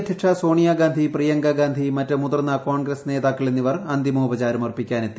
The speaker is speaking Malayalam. അധ്യക്ഷ സോണിയഗാന്ധി പ്രിയങ്കാ ഗാന്ധി മറ്റ് മുതിർന്ന കോൺഗ്രസ് നേതാക്കളും അന്തിമോപചാരം അർപ്പിക്കാൻ എത്തി